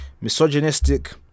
misogynistic